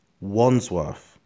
Wandsworth